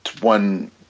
one